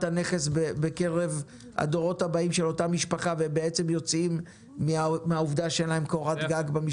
הנכס בקרב הדורות הבאים של אותה משפחה ואז הם כבר לא חסרי קורת גג,